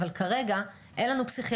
אבל כרגע אין לנו פסיכיאטרים,